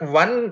one